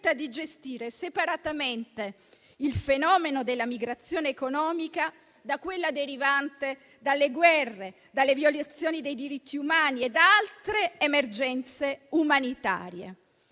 di gestire separatamente il fenomeno della migrazione economica da quella derivante dalle guerre, dalle violazioni dei diritti umani e da altre emergenze umanitarie.